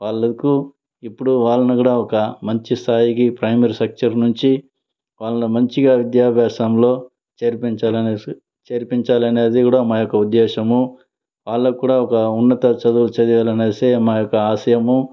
వాళ్ళకు ఇప్పుడు వాళ్ళని కూడ ఒక మంచి స్థాయికి ప్రైమరీ స్ట్రక్చర్ నుంచి వాళ్ళని మంచిగా విద్యాభ్యాసంలో చేర్పించాలనేసి చేర్పించాలనేసి కూడ మా యొక్క ఉద్దేశము వాళ్ళకి కూడ ఒక ఉన్నత చదువులు చదివియాలి అనేసి మా యొక్క ఆశయము